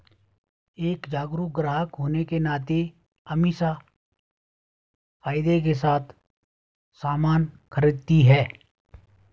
एक जागरूक ग्राहक होने के नाते अमीषा फायदे के साथ सामान खरीदती है